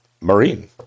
Marine